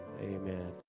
Amen